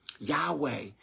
Yahweh